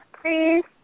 please